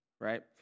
Right